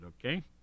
okay